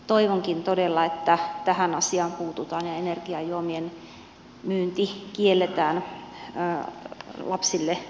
toivonkin todella että tähän asiaan puututaan ja energiajuomien myynti lapsille kielletään kokonaan